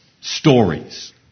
Stories